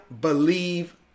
believe